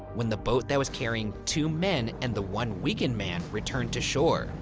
when the boat that was carrying two men and the one weakened man returned to shore,